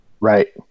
Right